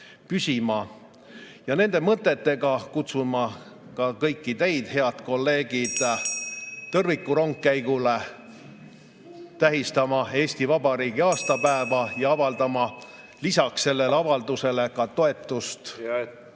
Nende mõtetega kutsun ma ka kõiki teid, head kolleegid, tõrvikurongkäigule tähistama Eesti Vabariigi aastapäeva ja avaldama nii lisaks sellele avaldusele toetust meie